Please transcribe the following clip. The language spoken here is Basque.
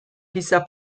gisa